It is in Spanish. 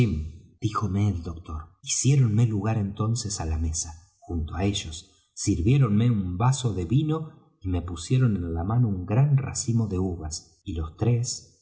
díjome el doctor hiciéronme lugar entonces á la mesa junto á ellos sirviéronme un vaso de vino y me pusieron en las manos un gran racimo de uvas y todos tres